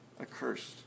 accursed